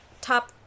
top